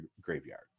graveyard